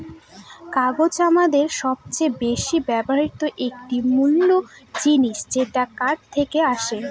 কাগজ আমাদের সবচেয়ে বেশি ব্যবহৃত একটি মূল জিনিস যেটা কাঠ থেকে আসে